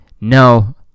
No